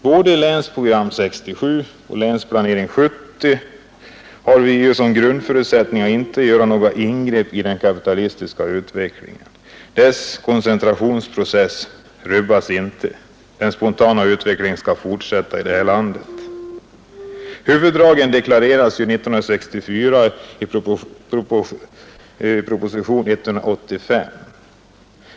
Både Länsprogram 67 och Länsplanering 70 har ju som grundförutsättning att inte några ingrepp skall göras i den kapitalistiska utvecklingen. Dess koncentrationsprocess rubbas inte. ”Den spontana utvecklingen” skall fortsätta i vårt land. Huvuddragen deklarerades i propositionen 185 år 1964.